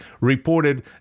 reported